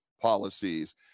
policies